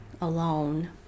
alone